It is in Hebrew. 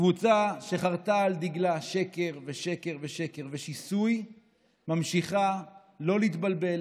קבוצה שחרתה על דגלה שקר ושקר ושקר ושקר ושיסוי ממשיכה לא להתבלבל,